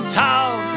town